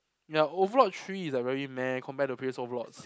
ya overlord three is like very meh compared to previous overlords